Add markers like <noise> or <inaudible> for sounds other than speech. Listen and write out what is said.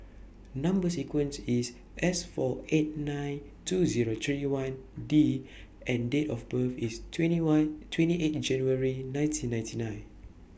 Number sequence IS S four eight nine two Zero three one D <noise> and Date of birth IS twenty one twenty eight January nineteen ninety nine